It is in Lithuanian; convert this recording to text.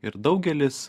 ir daugelis